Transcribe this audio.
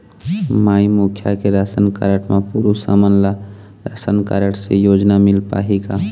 माई मुखिया के ration card म पुरुष हमन ला राशन कारड से योजना मिल पाही का?